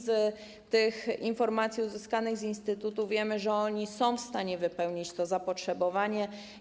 Z tych informacji uzyskanych z instytutu wiemy, że jest on w stanie wypełnić to zapotrzebowanie.